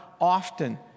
often